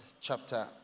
chapter